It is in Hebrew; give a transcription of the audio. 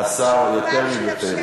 ענה לך השר יותר מבפירוט,